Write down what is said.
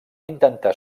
intentar